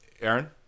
Aaron